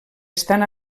estan